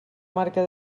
marca